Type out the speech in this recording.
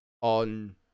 on